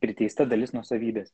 priteista dalis nuosavybės